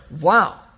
wow